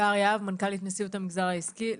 מנכ"לית נשיאות המגזר הציבורי.